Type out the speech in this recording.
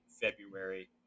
February